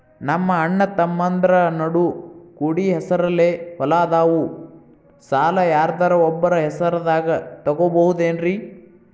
ನಮ್ಮಅಣ್ಣತಮ್ಮಂದ್ರ ನಡು ಕೂಡಿ ಹೆಸರಲೆ ಹೊಲಾ ಅದಾವು, ಸಾಲ ಯಾರ್ದರ ಒಬ್ಬರ ಹೆಸರದಾಗ ತಗೋಬೋದೇನ್ರಿ?